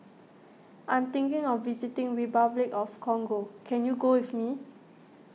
I'm thinking of visiting Republic of Congo can you go with me